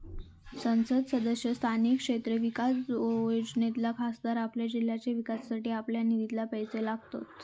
संसद सदस्य स्थानीय क्षेत्र विकास योजनेतना खासदार आपल्या जिल्ह्याच्या विकासासाठी आपल्या निधितना पैशे लावतत